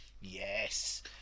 Yes